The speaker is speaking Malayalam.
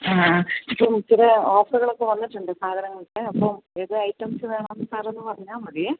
ആ ആ ഇപ്പം ഒത്തിരി ഓഫറുകളൊക്കെ വന്നിട്ടുണ്ട് സാധനങ്ങൾക്ക് അപ്പം ഏത് ഐറ്റംസ് വേണമെന്ന് സാറൊന്ന് പറഞ്ഞാൽ മതി